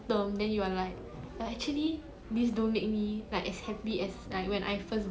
ya it's more I think it's not really happiness it's more like something beyond that